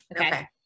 Okay